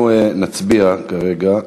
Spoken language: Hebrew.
אנחנו נצביע כרגע.